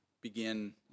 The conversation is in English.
begin